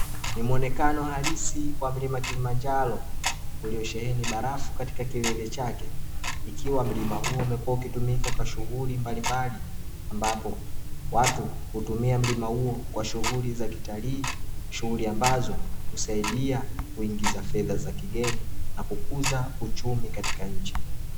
Ni muonekano halisi wa mlima kilimanjaro uliosheheni barafu katika kilele chake ikiwa mlima huo umekuwa ukitumika kwa shughuli mbalimbali ambapo watu hutumia mlima huo kwa shughuli za kitalii; shughuli ambazo husaidia kuingiza fedha za kigeni na kukuza uchumi katika nchi.